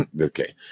Okay